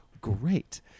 great